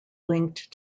linked